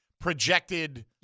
projected